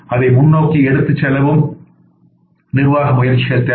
அதை முன்னோக்கி எடுத்துச் செல்லவும் நிர்வாக முயற்சிகள் தேவை